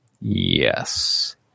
Yes